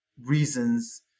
reasons